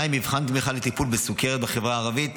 מבחן תמיכה לטיפול בסוכרת בחברה הערבית.